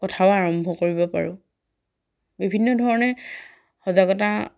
কথাও আৰম্ভ কৰিব পাৰোঁ বিভিন্ন ধৰণে সজাগতা